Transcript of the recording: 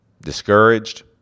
discouraged